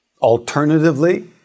Alternatively